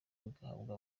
bigahabwa